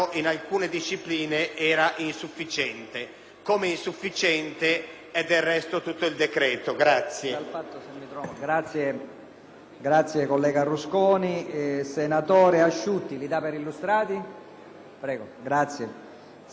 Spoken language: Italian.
come insufficiente è, del resto, tutto il decreto. [LIVI